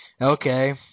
okay